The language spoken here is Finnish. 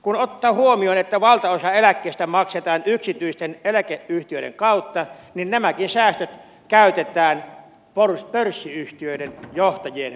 kun ottaa huomioon että valtaosa eläkkeistä maksetaan yksityisten eläkeyhtiöiden kautta niin nämäkin säästöt käytetään pörssiyhtiöiden johtajien porsasteluun